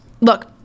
Look